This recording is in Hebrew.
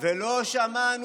זה לא נכון,